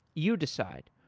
you decide.